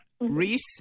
Reese